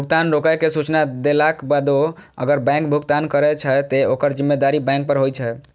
भुगतान रोकै के सूचना देलाक बादो अगर बैंक भुगतान करै छै, ते ओकर जिम्मेदारी बैंक पर होइ छै